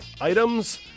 items